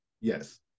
Yes